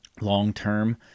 long-term